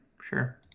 sure